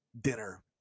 dinner